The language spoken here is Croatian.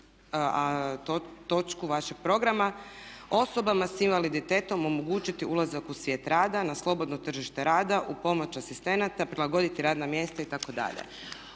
točku vašeg programa, osobama s invaliditetom omogućiti ulazak u svijet rada na slobodno tržište rada uz pomoć asistenata, prilagoditi radna mjesta itd.